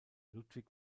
ludwig